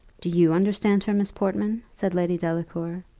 do you understand her, miss portman? said lady delacour.